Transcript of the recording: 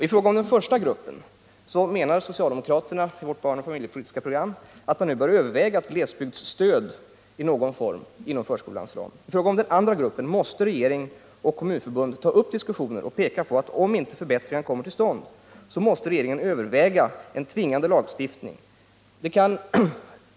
I fråga om den första gruppen menar vi socialdemokrater, i vårt barnoch familjepolitiska program, att man nu bör överväga ett glesbygdsstöd i någon form inom förskolans ram. I fråga om den andra gruppen måste regeringen och Kommunförbundet ta upp diskussioner och peka på att om inte förbättringar kommer till stånd är det nödvändigt att regeringen överväger en tvingande lagstiftning.